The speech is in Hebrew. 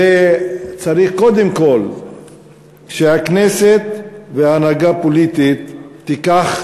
צריך קודם כול שהכנסת וההנהגה הפוליטית ייקחו